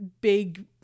big